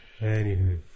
Anywho